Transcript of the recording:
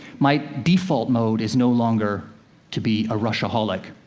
my default mode is no longer to be a rush-aholic.